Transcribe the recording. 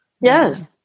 Yes